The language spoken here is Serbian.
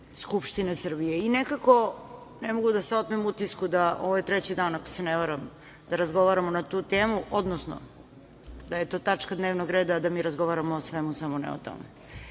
Skupštine Srbije. Nekako ne mogu da se otmem utisku, ovo je treći dan, ako se ne varam, da razgovaramo na tu temu, odnosno da je to tačka dnevnog reda, a da mi razgovaramo o svemu, samo ne o